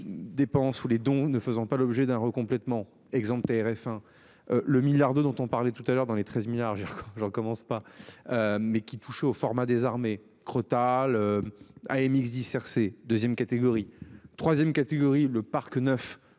les dépenses ou les dons ne faisant pas l'objet d'un recomplètement exemple TRF1. Le milliard de dont on parlait tout à l'heure dans les 13 milliards je recommence pas. Mais qui touche au format des armées Crotale. AMX 10 RC 2ème catégorie 3ème catégorie le parc